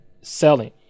selling